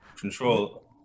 control